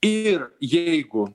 ir jeigu